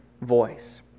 voice